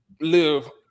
live